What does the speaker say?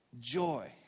Joy